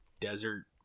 desert